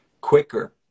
quicker